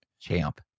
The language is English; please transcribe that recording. Champ